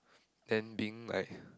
then being like